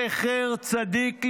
זכר צדיק לברכה,